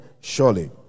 Surely